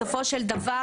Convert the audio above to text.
בסופו של דבר,